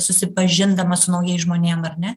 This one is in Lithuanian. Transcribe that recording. susipažindamas su naujais žmonėm ar ne